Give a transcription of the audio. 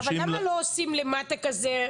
אבל למה לא עושים למטה כזה?